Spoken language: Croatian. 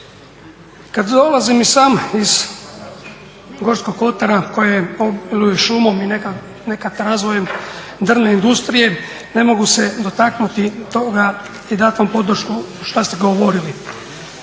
Kad dolazim i sam iz Gorskog Kotara koje obiluje šumom i nekad razvojem drvne industrije, ne mogu se dotaknuti toga i dati vam podršku što ste govorili